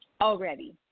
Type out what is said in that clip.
already